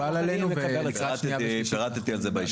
על כן זה מקובל עלינו ולקראת הקריאה השנייה והשלישית אנחנו נדאג לזה.